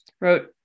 wrote